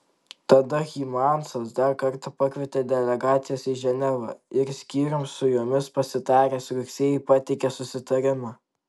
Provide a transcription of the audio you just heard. tada hymansas dar kartą pakvietė delegacijas į ženevą ir skyrium su jomis pasitaręs rugsėjį pateikė susitarimą